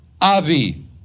Avi